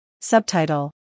Subtitle